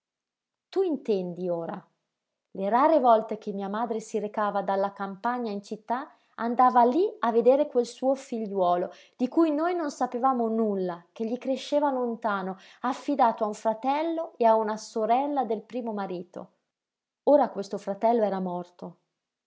tu intendi ora le rare volte che mia madre si recava dalla campagna in città andava lí a vedere quel suo figliuolo di cui noi non sapevamo nulla che gli cresceva lontano affidato a un fratello e a una sorella del primo marito ora questo fratello era morto